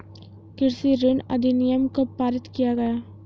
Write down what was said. कृषि ऋण अधिनियम कब पारित किया गया?